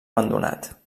abandonat